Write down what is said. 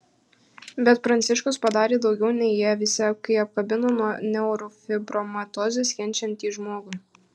bet pranciškus padarė daugiau nei jie visi kai apkabino nuo neurofibromatozės kenčiantį žmogų